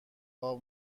های